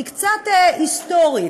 היא קצת היסטורית.